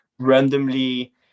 randomly